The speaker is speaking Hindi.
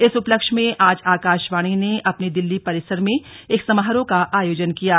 इस उपलक्ष्य में आज आकाशवाणी ने अपने दिल्ली परिसर में एक समारोह का आयोजन किया है